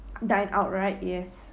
dine out right yes